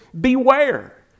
Beware